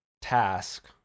task